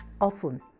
often